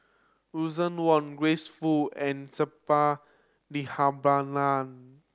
Russel Wong Grace Fu and Suppiah Dhanabalan